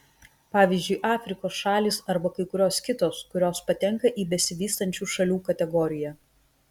pavyzdžiui afrikos šalys arba kai kurios kitos kurios patenka į besivystančių šalių kategoriją